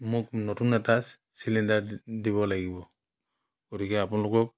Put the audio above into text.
মোক নতুন এটা চিলিণ্ডাৰ দিব লাগিব গতিকে আপোনলোকক